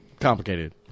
complicated